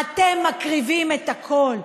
אתם מקריבים את הכול.